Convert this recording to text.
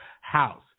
house